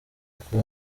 uko